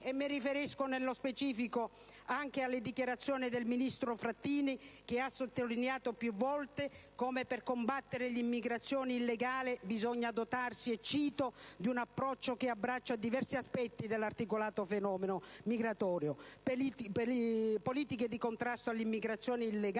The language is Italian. Mi riferisco, nello specifico, anche alle dichiarazioni del ministro Frattini, che ha sottolineato più volte come per combattere l'immigrazione illegale bisogna dotarsi - e cito - «di un approccio che abbraccia diversi aspetti dell'articolato fenomeno migratorio: politiche di contrasto all'immigrazione illegale;